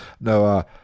No